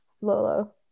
lolo